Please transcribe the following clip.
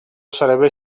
sarebbe